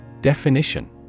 Definition